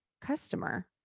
customer